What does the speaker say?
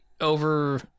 over